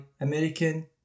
American